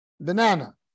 banana